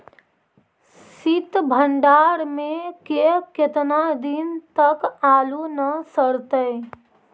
सित भंडार में के केतना दिन तक आलू न सड़तै?